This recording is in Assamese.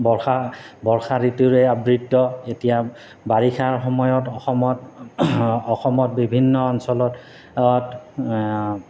বৰ্ষা বৰ্ষা ঋতুৰে আবৃত এতিয়া বাৰিষাৰ সময়ত অসমত অসমত বিভিন্ন অঞ্চলত